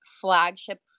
flagship